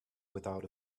without